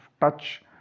touch